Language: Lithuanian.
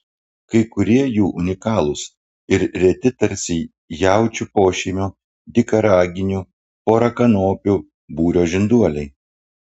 kai kurie jų unikalūs ir reti tarsi jaučių pošeimio dykaraginių porakanopių būrio žinduoliai